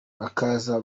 bakaza